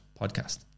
podcast